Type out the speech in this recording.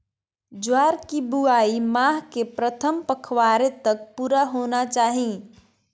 ज्वार की बुआई माह के प्रथम पखवाड़े तक पूरा होना चाही